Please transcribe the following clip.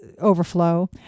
overflow